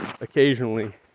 occasionally